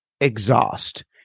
exhaust